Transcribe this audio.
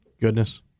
Goodness